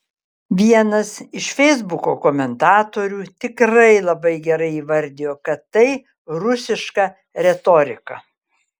vienas iš feisbuko komentatorių tikrai labai gerai įvardijo kad tai rusiška retorika